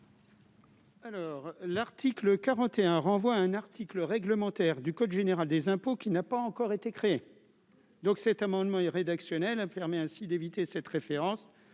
Alors l'article 41 renvoie à un article réglementaire du code général des impôts, qui n'a pas encore été créée donc cet amendement est rédactionnel infirmer ainsi d'éviter cette référence